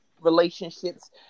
relationships